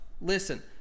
listen